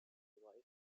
wife